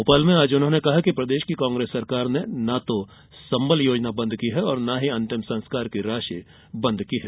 भोपाल में आज उन्होंने कहा कि प्रदेश की कांग्रेस सरकार ने न तो संबल योजना बंद की है और न ही अंतिम संस्कार की राशि बंद की है